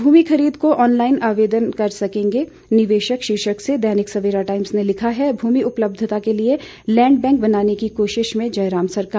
भूमि खरीद को ऑनलाइन आवेदन कर सकेंगे निवेशक शीर्षक से दैनिक सवेरा टाइम्स ने लिखा है भूमि उपलब्यता के लिए लैंड बैंक बनाने की कोशिश में जयराम सरकार